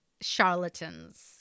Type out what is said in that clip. charlatans